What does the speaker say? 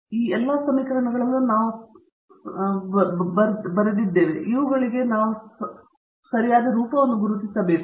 ಈ ಎಲ್ಲಾ ಸಮೀಕರಣಗಳಲ್ಲೂ ನಾವು ಈ ಸಮೀಕರಣದಲ್ಲಿ ಬಂದಿದ್ದೇವೆ ಹಾಗಾಗಿ ಇವುಗಳಿಗೆ ನಾವು ರೂಪವನ್ನು ಗುರುತಿಸಬೇಕು